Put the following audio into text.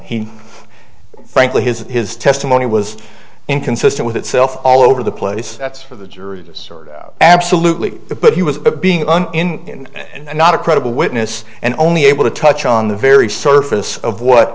he frankly his his testimony was inconsistent with itself all over the place that's for the jury absolutely but he was being in it and not a credible witness and only able to touch on the very surface of what